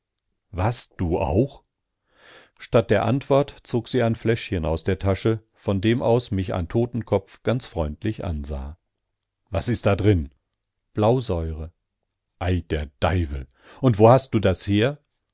was du auch statt der antwort zog sie ein fläschchen aus der tasche von dem aus mich ein totenkopf ganz freundlich ansah was ist da drin